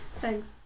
Thanks